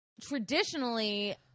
traditionally